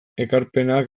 ekarpenak